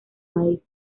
maíz